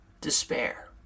despair